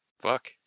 Fuck